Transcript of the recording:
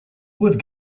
would